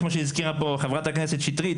כמו שהזכירה פה חברת הכנסת שטרית,